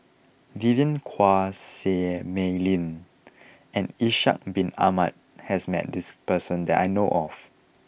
Vivien Quahe Seah Mei Lin and Ishak bin Ahmad has met this person that I know of